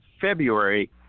February